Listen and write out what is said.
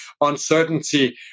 uncertainty